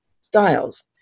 styles